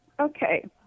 Okay